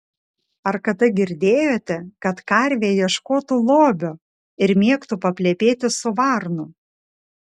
ar kada girdėjote kad karvė ieškotų lobio ir mėgtų paplepėti su varnu